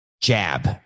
jab